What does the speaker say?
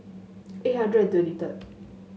eight hundred twenty third